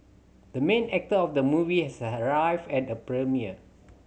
the main actor of the movie has arrived at the premiere